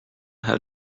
how